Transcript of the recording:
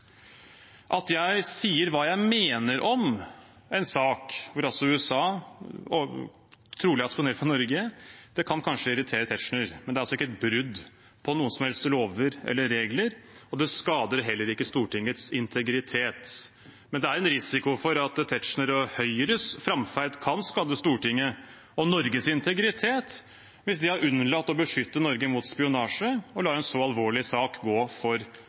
At jeg sier hva jeg mener om en sak om at USA trolig har spionert på Norge, kan kanskje irritere Tetzschner, men det er ikke et brudd på noen lover eller regler. Det skader heller ikke Stortingets integritet, men det er en risiko for at Tetzschner og Høyres framferd kan skade Stortinget og Norges integritet hvis de har unnlatt å beskytte Norge mot spionasje og lar en så alvorlig sak gå for